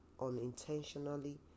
unintentionally